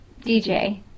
DJ